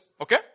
Okay